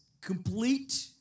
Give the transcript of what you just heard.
complete